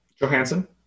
johansson